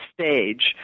stage